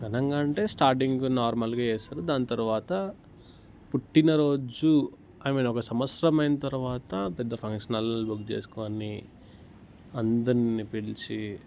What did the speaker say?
ఘనంగా అంటే స్టార్టింగ్ నార్మల్గా చేస్తారు దాని తరువాత పుట్టిన రోజు అని ఒక సంవత్సరమైన తరువాత పెద్ద ఫంక్షన్ హాల్ బుక్ చేసుకోని అందరిని పిలిచి